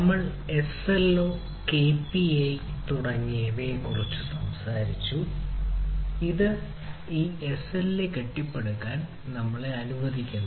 നമ്മൾ SLO KPI എന്നിവയെക്കുറിച്ചും മറ്റും സംസാരിച്ചു ഇത് ഈ SLA കെട്ടിപ്പടുക്കാൻ നമ്മളെ അനുവദിക്കുന്നു